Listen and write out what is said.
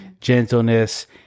gentleness